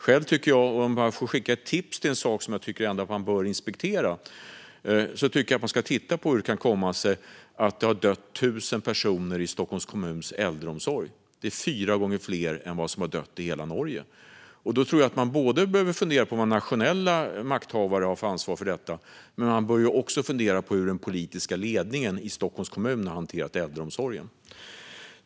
Själv skulle jag vilja skicka med ett tips om en sak som man bör inspektera, nämligen hur det kan komma sig att det har dött 1 000 personer i Stockholms kommuns äldreomsorg. Det är fyra gånger fler än i hela Norge! Jag tror att man behöver fundera både på vad nationella makthavare har för ansvar och på hur den politiska ledningen i Stockholms kommun har hanterat äldreomsorgen.